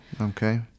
Okay